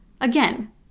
Again